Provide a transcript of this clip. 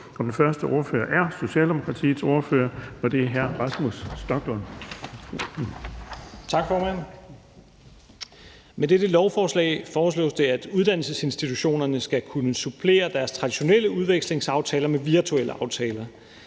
Den første ordfører er Socialdemokratiets ordfører, og det er hr. Rasmus Stoklund. Kl. 13:53 (Ordfører) Rasmus Stoklund (S): Tak, formand. Med dette lovforslag foreslås det, at uddannelsesinstitutionerne skal kunne supplere deres traditionelle udvekslingsaftaler med virtuelle aftaler.